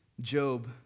Job